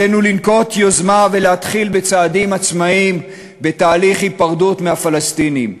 עלינו לנקוט יוזמה ולהתחיל בצעדים עצמאיים בתהליך היפרדות מהפלסטינים.